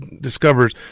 discovers